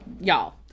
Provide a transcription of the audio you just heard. Y'all